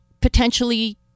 potentially